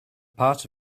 part